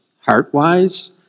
heart-wise